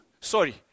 sorry